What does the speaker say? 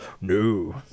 No